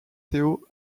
théo